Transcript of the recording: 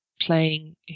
Playing